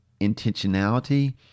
Intentionality